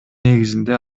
негизинде